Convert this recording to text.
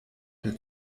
der